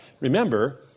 Remember